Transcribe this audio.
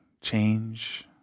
change